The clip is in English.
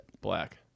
Black